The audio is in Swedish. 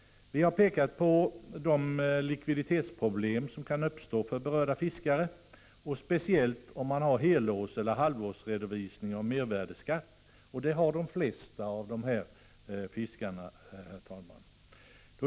Vi har pekat på de likviditetsproblem som kan uppstå för berörda fiskare, speciellt om de har helårseller halvårsredovisning av mervärdeskatt, och det har de flesta av dessa fiskare, herr talman.